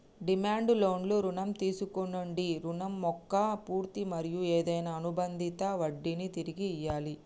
demand లోన్లు రుణం తీసుకొన్నోడి రుణం మొక్క పూర్తి మరియు ఏదైనా అనుబందిత వడ్డినీ తిరిగి ఇయ్యాలి